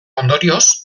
ondorioz